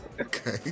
okay